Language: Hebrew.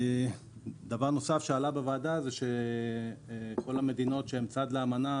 דבר נוסף שעלה בוועדה הוא שכל המדינות שהן צד לאמנה,